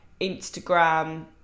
Instagram